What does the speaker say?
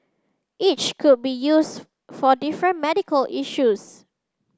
each could be used for different medical issues